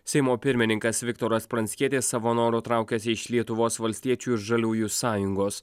seimo pirmininkas viktoras pranckietis savo noru traukiasi iš lietuvos valstiečių ir žaliųjų sąjungos